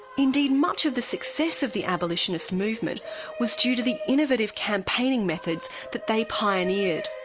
indeed much of the success of the abolitionist movement was due to the innovative campaigning methods that they pioneered.